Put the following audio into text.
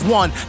one